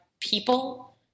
people